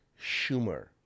Schumer